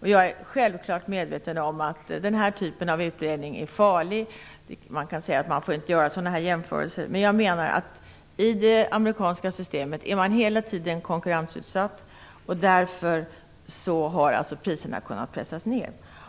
Jag är självklart medveten om att den här typen av utredning är farlig - det kan sägas att man inte får göra sådana jämförelser. I det amerikanska systemet är man hela tiden konkurrensutsatt, och jag menar att det är därför priserna har kunnat pressas ned.